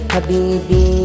Habibi